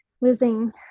losing